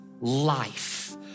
life